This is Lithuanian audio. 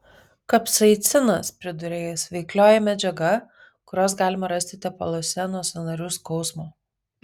kapsaicinas priduria jis veiklioji medžiaga kurios galima rasti tepaluose nuo sąnarių skausmo